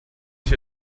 ich